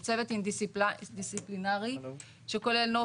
זה צוות אינ-דיסציפלינרי שכולל נוף,